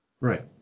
Right